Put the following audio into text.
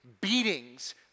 beatings